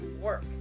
work